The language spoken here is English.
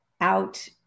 out